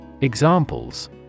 Examples